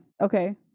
Okay